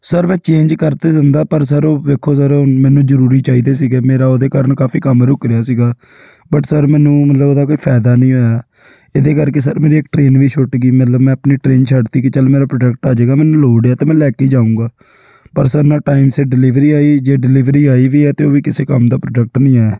sir ਮੈਂ change ਕਰ ਤਾਂ ਦਿੰਦਾ ਪਰ ਸਰ ਉਹ ਦੇਖੋ ਸਰ ਮੈਨੂੰ ਜ਼ਰੂਰੀ ਚਾਹੀਦੇ ਸੀਗੇ ਮੇਰਾ ਉਹਦੇ ਕਾਰਨ ਕਾਫੀ ਕੰਮ ਰੁੱਕ ਰਿਹਾ ਸੀਗਾ ਬਟ ਸਰ ਮੈਨੂੰ ਮਤਲਬ ਉਹਦਾ ਕੋਈ ਫਾਇਦਾ ਨਹੀਂ ਹੋਇਆ ਇਹਦੇ ਕਰਕੇ ਸਰ ਮੇਰੀ ਇੱਕ ਟ੍ਰੇਨ ਵੀ ਛੁੱਟ ਗਈ ਮਤਲਬ ਮੈਂ ਆਪਣੀ ਟ੍ਰੇਨ ਛੱਡ ਤੀ ਕਿ ਚੱਲ ਮੇਰਾ ਪ੍ਰੋਡਕਟ ਆ ਜੇਗਾ ਮੈਨੂੰ ਲੋੜ ਆ ਅਤੇ ਮੈਂ ਲੈ ਕੇ ਜਾਊਂਗਾ ਪਰ ਸਰ ਨਾ ਟਾਈਮ ਸਿਰ ਡਿਲੀਵਰੀ ਆਈ ਜੇ ਡਿਲੀਵਰੀ ਆਈ ਵੀ ਹੈ ਤਾਂ ਉਹ ਵੀ ਕਿਸੇ ਕੰਮ ਦਾ ਪ੍ਰੋਡਕਟ ਨਹੀਂ ਹੈ